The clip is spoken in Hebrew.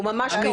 הוא ממש קרוב.